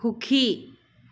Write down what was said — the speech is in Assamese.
সুখী